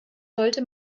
sollte